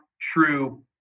true